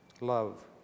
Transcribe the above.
Love